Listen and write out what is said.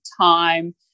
time